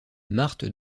marthe